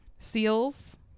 seals